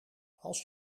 als